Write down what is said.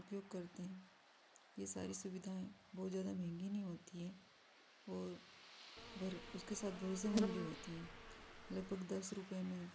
उपयोग करते हैं यह सारी सुविधाएँ बहुत ज़्यादा महँगी नहीं होती हैं और और उसके साथ भरोसेमंद भी होती हैं लगभग दस रुपये में